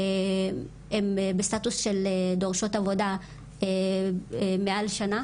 הן בסטטוס של דורשות עבודה מעל שנה,